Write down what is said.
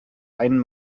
ein